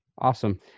Awesome